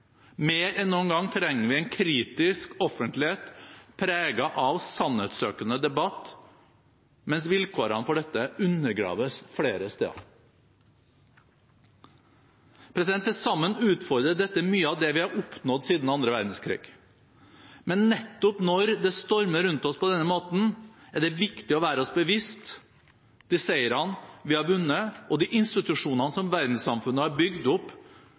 Mer enn noen gang trenger vi en kritisk offentlighet preget av sannhetssøkende debatt, mens vilkårene for dette undergraves flere steder. Til sammen utfordrer dette mye av det vi har oppnådd siden annen verdenskrig. Men nettopp når det stormer rundt oss på denne måten, er det viktig å være oss bevisst de seirene vi har vunnet, og de institusjonene verdenssamfunnet har bygd opp